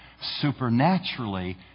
supernaturally